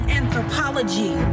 anthropology